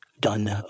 done